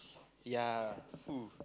ya food